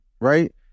right